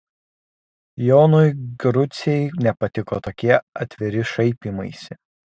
jonui grucei nepatiko tokie atviri šaipymaisi